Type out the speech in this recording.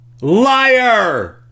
Liar